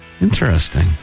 Interesting